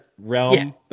realm